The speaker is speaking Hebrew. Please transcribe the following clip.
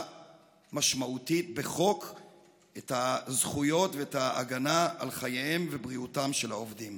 משמעותית בחוק את הזכויות ואת ההגנה על חייהם ובריאותם של העובדים.